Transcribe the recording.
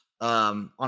on